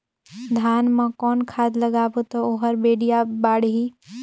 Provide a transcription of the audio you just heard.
धान मा कौन खाद लगाबो ता ओहार बेडिया बाणही?